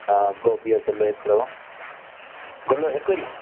हा गोभी जो गुलु हिकिड़ो गुलु हिकु ई